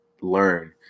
learn